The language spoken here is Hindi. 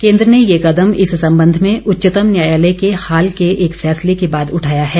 केन्द्र ने यह कदम इस संबंध में उच्चतम न्यायालय के हाल के एक फैसले के बाद उठाया है